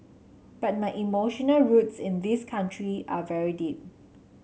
but my emotional roots in this country are very deep